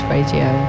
Radio